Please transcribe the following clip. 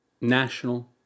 national